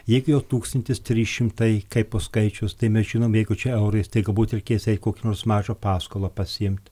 jeigu jau tūkstantis trys šimtai kaipo skaičius tai mes žinom jeigu čia eurais tai galbūt reikės kokį nors mažą paskolą pasiimt